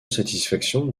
satisfaction